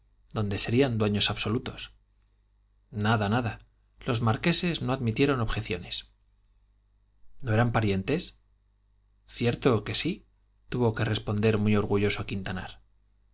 donde serían dueños absolutos nada nada los marqueses no admitieron objeciones no eran parientes cierto que sí tuvo que responder muy orgulloso quintanar